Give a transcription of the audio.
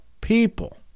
people